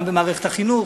גם במערכת החינוך.